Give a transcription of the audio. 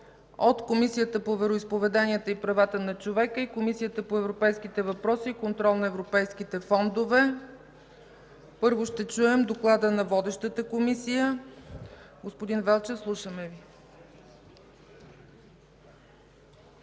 от Комисията по вероизповеданията и правата на човека и Комисията по европейските въпроси и контрол на европейските фондове. Първо ще чуем доклада на водещата Комисия. Господин Велчев, слушаме Ви.